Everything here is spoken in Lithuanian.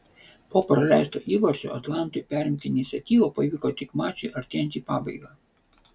po praleisto įvarčio atlantui perimti iniciatyvą pavyko tik mačui artėjant į pabaigą